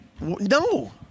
no